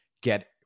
get